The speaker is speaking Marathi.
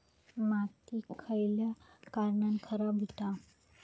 माती खयल्या कारणान खराब हुता?